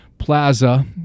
Plaza